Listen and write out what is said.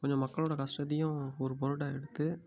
கொஞ்சம் மக்களோட கஷ்டத்தையும் ஒரு பொருட்டாக எடுத்து